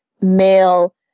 male